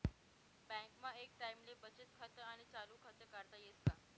बँकमा एक टाईमले बचत खातं आणि चालू खातं काढता येस का?